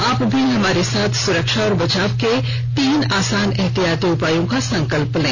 आप भी हमारे साथ सुरक्षा और बचाव के तीन आसान एहतियाती उपायों का संकल्प लें